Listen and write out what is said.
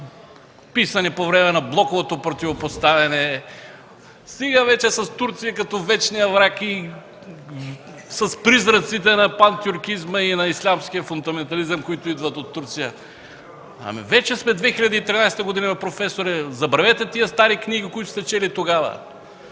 написани по времето на блоковото противопоставяне! Стига вече с Турция като вечния враг и с призраците на пантюркизма и на ислямския фундаментализъм, които идват от Турция. Вече сме 2013 г., професоре, забравете тези стари книги, които сте чели тогава.